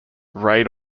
raid